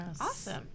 Awesome